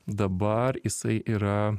dabar jisai yra